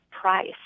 price